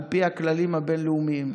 על פי הכללים הבין-לאומיים,